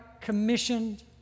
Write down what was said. commissioned